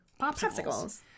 popsicles